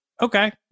okay